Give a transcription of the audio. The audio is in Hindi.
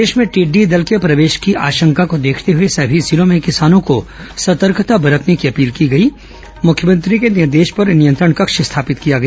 प्रदेश में टिड्डी दल के प्रवेश की आशंका को देखते हुए सभी जिलों में किसानों को सतर्कता बरतने की अपील की गई मुख्यमंत्री के निर्देश पर नियंत्रण कक्ष स्थापित किया गया